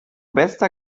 bester